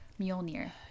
Mjolnir